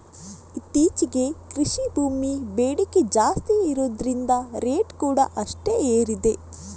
ಇತ್ತೀಚೆಗೆ ಕೃಷಿ ಭೂಮಿ ಬೇಡಿಕೆ ಜಾಸ್ತಿ ಇರುದ್ರಿಂದ ರೇಟ್ ಕೂಡಾ ಅಷ್ಟೇ ಏರಿದೆ